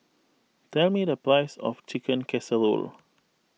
tell me the price of Chicken Casserole